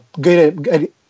good